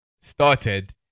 started